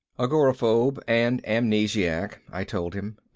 agoraphobe and amnesiac, i told him.